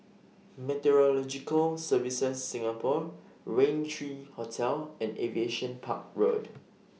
Meteorological Services Singapore Raintr three Hotel and Aviation Park Road